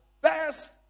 best